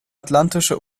atlantische